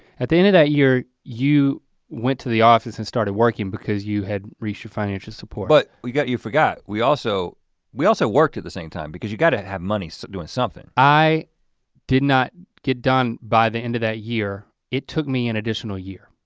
at the end of that year, you went to the office and started working because you had reached financial support. but you forgot, we also we also worked at the same time because you gotta have money so doing something. i did not get done by the end of that year. it took me an additional year.